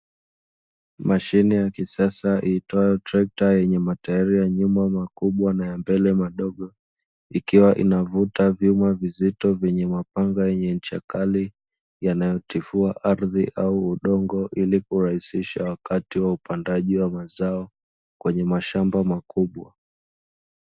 Mashine ya kisasa iitwayo trekta yenye matairi ya nyuma makubwa na ya mbele madogo ikiwa inavuta vyuma vizito vyenye mapanga yenye ncha kali yanayotifua ardhi au udongo, ili kurahisisha wakati wa upandaji wa mazao kwenye mashamba makubwa.